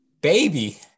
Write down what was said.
Baby